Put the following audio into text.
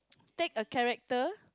take a character